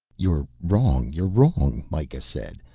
you're wrong, you're wrong, mikah said,